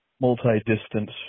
multi-distance